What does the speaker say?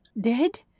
Dead